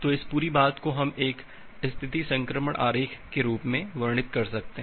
तो इस पूरी बात को हम एक स्थिति संक्रमण आरेख के रूप में वर्णित कर सकते हैं